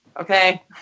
Okay